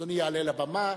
אדוני יעלה לבמה,